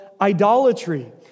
idolatry